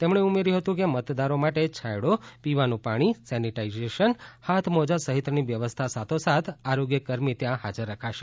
તેમણે ઉમેર્યું હતું કે મતદારો માટે છાંયડો પીવાનું પાણી સેનિટાઇઝેશન હાથ મોજા સહિતની વ્યવસ્થા સાથોસાથ આરોગ્યકર્મી ત્યાં હાજર રખાશે